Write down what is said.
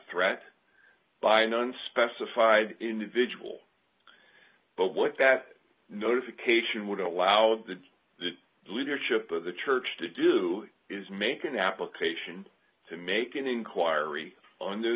threat by no unspecified individual but what that notification would allow the leadership of the church to do is make an application to make an inquiry on to